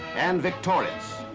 and victorious.